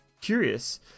Curious